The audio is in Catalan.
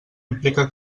implica